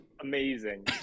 amazing